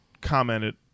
commented